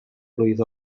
blwydd